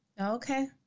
Okay